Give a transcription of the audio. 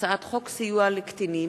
הצעת חוק סיוע לקטינים